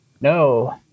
no